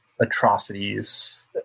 atrocities